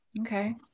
Okay